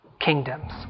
kingdoms